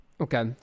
Okay